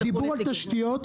בדיבור על תשתיות,